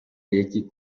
эки